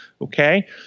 Okay